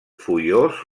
foios